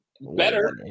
better